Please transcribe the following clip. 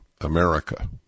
America